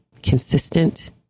consistent